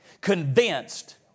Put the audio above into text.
convinced